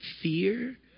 fear